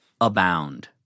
abound